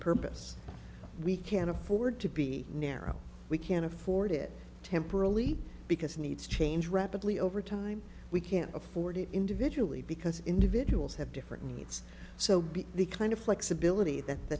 purpose we can't afford to be narrow we can't afford it temporarily because needs change rapidly over time we can't afford it individually because individuals have different needs so be the kind of flexibility that the